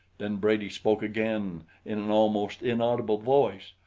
then brady spoke again in an almost inaudible voice.